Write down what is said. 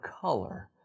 color